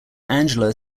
angela